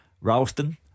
Ralston